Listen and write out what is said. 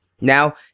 Now